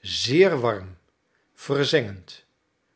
zeer warm verzengend